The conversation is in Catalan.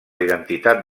identitat